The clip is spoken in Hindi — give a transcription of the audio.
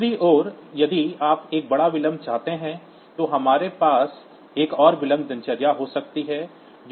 दूसरी ओर यदि आप एक बड़ा विलंब चाहते हैं तो हमारे पास एक और विलंब दिनचर्या हो सकती है